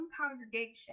congregation